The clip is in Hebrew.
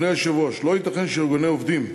אדוני היושב-ראש, לא ייתכן שארגוני עובדים,